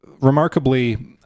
remarkably